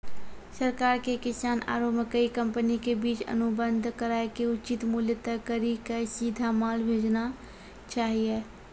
सरकार के किसान आरु मकई कंपनी के बीच अनुबंध कराय के उचित मूल्य तय कड़ी के सीधा माल भेजना चाहिए?